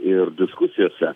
ir diskusijose